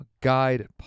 Guide